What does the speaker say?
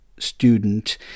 Student